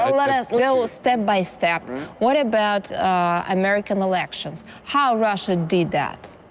let us know, step by step what about american elections? how russia did that?